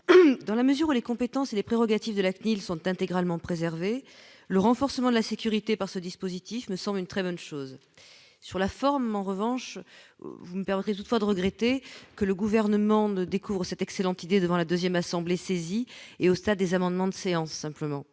dans la mesure où les compétences et les prérogatives de la CNIL sont intégralement préservés le renforcement de la sécurité par ce dispositif me semble une très bonne chose, sur la forme, en revanche, vous me perdrez toutefois de regretter que le gouvernement ne découvrent cette excellente idée devant la 2ème assemblée saisie et au stade des amendements de séance simplement